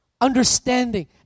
understanding